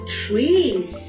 trees